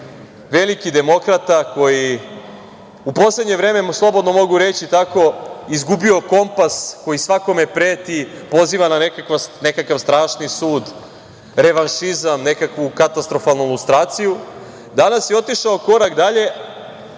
veliki demokrata, koji je u poslednje vreme, slobodno mogu reći tako, izgubio kompas, koji svakome preti, poziva na nekakav strašni sud, revanšizam, nekakvu katastrofalnu lustraciju, danas je otišao korak dalje